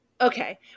Okay